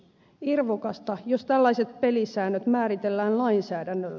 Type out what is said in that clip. irvokasta jos tällaiset pelisäännöt määritellään lainsäädännöllä